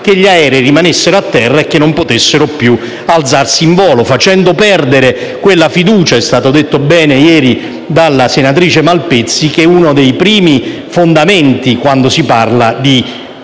che gli aerei rimanessero a terra e non potessero più alzarsi in volo, facendo perdere quella fiducia che, com'è stato detto bene ieri dalla senatrice Malpezzi, è uno dei primi fondamenti quando si parla di